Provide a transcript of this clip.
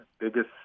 biggest